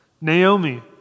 Naomi